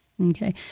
Okay